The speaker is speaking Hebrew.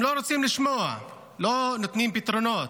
הם לא רוצים לשמוע, לא נותנים פתרונות.